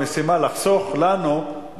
משימה לחסוך לנו,